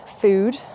food